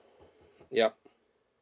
yup